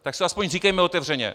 Tak si to aspoň říkejme otevřeně.